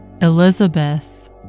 Elizabeth